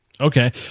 Okay